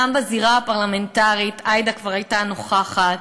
גם בזירה הפרלמנטרית עאידה כבר הייתה נוכחת,